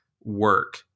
work